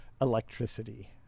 electricity